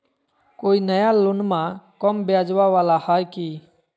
कोइ नया लोनमा कम ब्याजवा वाला हय की?